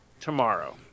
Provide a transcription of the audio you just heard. tomorrow